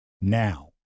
now